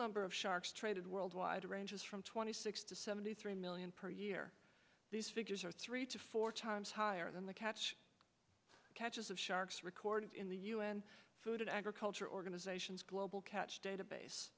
number of sharks traded worldwide ranges from twenty six to seventy three million per year these figures are three to four times higher than the catch catches of sharks recorded in the un food and agriculture organization global catch database